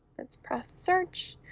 let's press search.